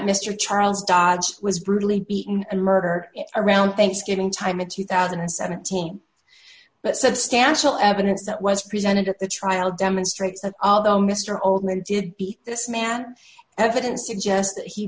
mr charles dodge was brutally beaten and murdered around thanksgiving time in two thousand and seventeen but substantial evidence that was presented at the trial demonstrates a although mr oldmeadow did beat this man evidence